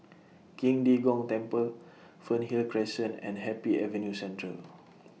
Qing De Gong Temple Fernhill Crescent and Happy Avenue Central